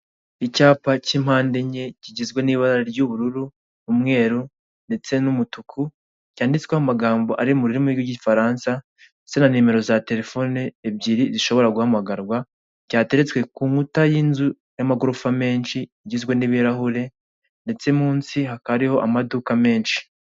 Icyapa cy'impandeenye, kigizwe n'ibara ry'ubururu, umweru, ndetse n'umutuku, cyanditsweho amagambo ari mu rurimi rw'Igifaransa, ndetse na nimero za telefone ebyiri zishobora guhamagarwa, cyateretswe ku nkuta y'inzu y'amagorofa menshi, igizwe n'ibirahure, ndetse munsi hakaba hariho amaduka menshi.